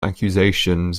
accusations